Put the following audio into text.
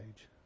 age